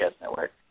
Network